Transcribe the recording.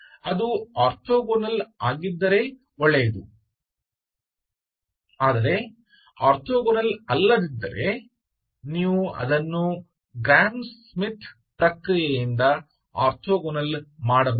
ಅದು ಆರ್ಥೋಗೋನಲ್ ಆಗಿದ್ದರೆ ಒಳ್ಳೆಯದು ಆದರೆ ಅದು ಆರ್ಥೋಗೋನಲ್ ಅಲ್ಲದಿದ್ದರೆ ನೀವು ಅವರನ್ನು ಗ್ರಾಮ್ ಸ್ಮಿತ್ ಪ್ರಕ್ರಿಯೆಯಿಂದ ಆರ್ಥೋಗೋನಲ್ ಮಾಡಬಹುದು